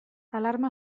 alarma